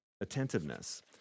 attentiveness